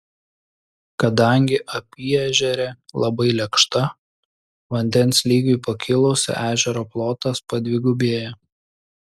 kadangi apyežerė labai lėkšta vandens lygiui pakilus ežero plotas padvigubėja